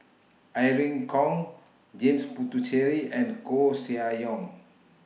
Irene Khong James Puthucheary and Koeh Sia Yong